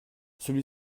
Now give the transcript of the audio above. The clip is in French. celui